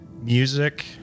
music